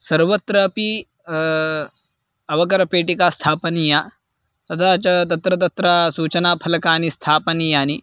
सर्वत्रापि अवकरपेटिका स्थापनीया तथा च तत्र तत्र सूचनाफलकानि स्थापनीयानि